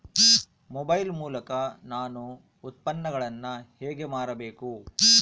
Mobile ಮೂಲಕ ನಾನು ಉತ್ಪನ್ನಗಳನ್ನು ಹೇಗೆ ಮಾರಬೇಕು?